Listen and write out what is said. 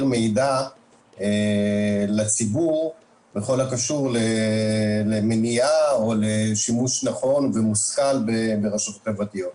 מידע לציבור בכל הקשור למניעה או לשימוש נכון ומושכל ברשתות חברתיות.